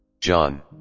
John